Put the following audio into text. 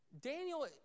Daniel